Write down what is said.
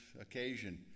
occasion